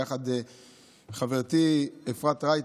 ביחד עם חברתי אפרת רייטן,